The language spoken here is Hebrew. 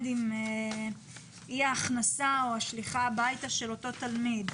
עם אי ההכנסה או השליחה הביתה של אותו תלמיד.